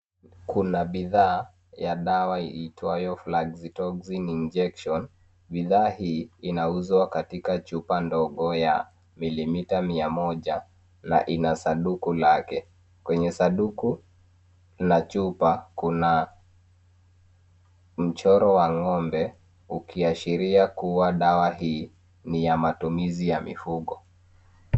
Kuna bidhaa ya dawa iitwayo Flaxitoxin injection . Bidhaa hii inauzwa katika chupa ndogo ya millimeter mia moja na ina sanduku lake. Kwenye sanduku ya chupa kuna mchoro wa ngombe ukiashiria kuwa dawa hii ni ya matumizi ya mifugo.